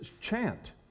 chant